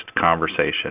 conversation